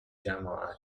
جماعت